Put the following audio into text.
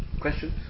questions